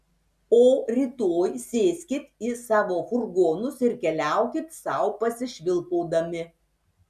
o rytoj sėskit į savo furgonus ir keliaukit sau pasišvilpaudami